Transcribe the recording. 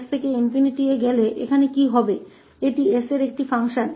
यह s का एक फंक्शन है और हम देख रहे हैं कि जब s ∞ में जाएगा तो क्या होगा